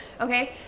okay